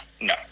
No